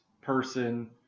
person